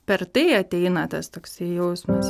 per tai ateina tas toksai jausmas